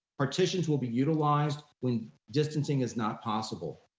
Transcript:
partitions will be utilized when distancing is not possible.